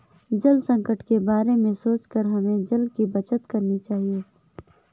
जल संकट के बारे में सोचकर हमें जल की बचत करनी चाहिए